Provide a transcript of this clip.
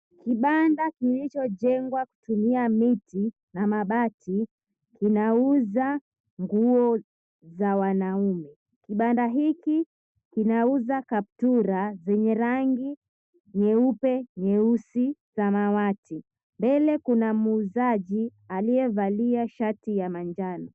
Kibanda kilichojengwa kutumia miti na mabati inauza nguo za wanaume. Kibanda hiki kinauza kaptura zenye rangi nyeupe, nyeusi, samawati. Mbele kuna muuzaji aliyevalia shati ya manjano.